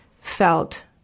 felt